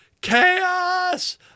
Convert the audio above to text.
chaos